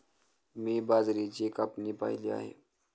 मी बाजरीची कापणी पाहिली आहे